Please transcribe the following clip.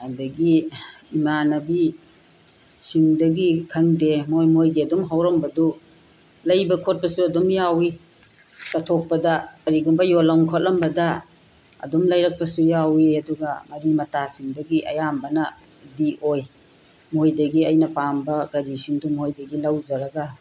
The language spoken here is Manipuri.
ꯑꯗꯗꯒꯤ ꯏꯃꯥꯟꯅꯕꯤ ꯁꯤꯗꯒꯤ ꯈꯪꯗꯦ ꯃꯣꯏ ꯃꯣꯏꯒꯤ ꯑꯗꯨꯝ ꯍꯧꯔꯝꯕꯗꯨ ꯂꯩꯕ ꯈꯣꯠꯄꯁꯨ ꯑꯗꯨꯝ ꯌꯥꯎꯏ ꯆꯠꯊꯣꯛꯄꯗ ꯀꯔꯤꯒꯨꯝꯕ ꯌꯣꯂꯝ ꯈꯣꯠꯂꯝꯕꯗ ꯑꯗꯨꯝ ꯂꯩꯔꯛꯄꯁꯨ ꯌꯥꯎꯏ ꯑꯗꯨꯒ ꯃꯔꯤ ꯃꯇꯥ ꯁꯤꯗꯒꯤ ꯑꯌꯥꯝꯕꯅꯗꯤ ꯑꯣꯏ ꯃꯣꯏꯗꯒꯤ ꯑꯩꯅ ꯄꯥꯝꯕ ꯀꯔꯤꯁꯤꯡꯗꯨ ꯃꯣꯏꯗꯒꯤ ꯂꯧꯖꯔꯒ